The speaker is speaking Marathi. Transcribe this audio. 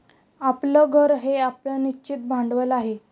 आपलं घर हे आपलं निश्चित भांडवल आहे